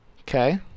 Okay